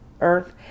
earth